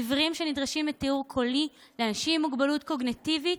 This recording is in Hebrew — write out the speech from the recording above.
עיוורים נדרשים לתיאור קולי; לאנשים עם מוגבלות קוגניטיבית,